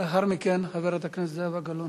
בבקשה, ולאחר מכן, חברת הכנסת זהבה גלאון.